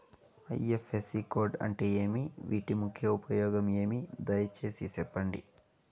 IFSC code అంటే ఏమి? వీటి ముఖ్య ఉపయోగం ఏమి? దయసేసి సెప్పండి?